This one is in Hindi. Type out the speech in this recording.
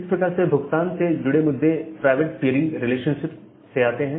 इस प्रकार से भुगतान से जुड़े हुए मुद्दे प्राइवेट पियरिंग रिलेशनशिप से आते हैं